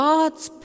God's